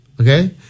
Okay